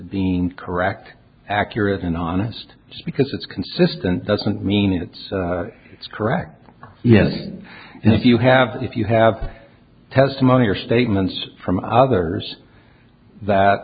being correct accurate and honest because it's consistent doesn't mean it's correct yes if you have if you have testimony or statements from others that